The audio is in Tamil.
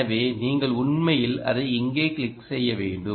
எனவே நீங்கள் உண்மையில் அதை இங்கே கிளிக் செய்ய வேண்டும்